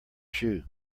shoe